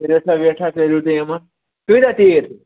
ریٹھاہ ویٹھاہ کٔرِو تُہۍ یِمن کۭتیاہ تیٖرۍ چھِو